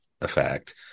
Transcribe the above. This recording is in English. effect